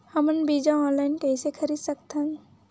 हमन बीजा ऑनलाइन कइसे खरीद सकथन?